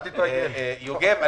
יוגב,